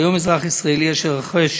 כיום אזרח ישראלי אשר רוכש